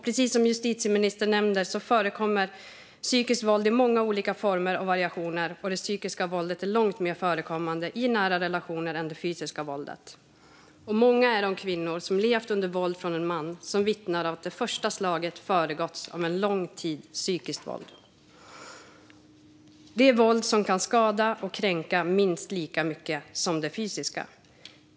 Precis som justitieministern nämner förekommer psykiskt våld i många olika former och variationer och är långt mer förekommande i nära relationer än det fysiska våldet. Många är de kvinnor som levt under våld från en man som vittnar om att det första slaget föregåtts av en lång tids psykiskt våld. Det är våld som kan skada och kränka minst lika mycket som det fysiska.